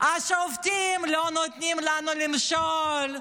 השופטים לא נותנים לנו למשול,